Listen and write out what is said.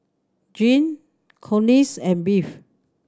Jeanne Collins and Bev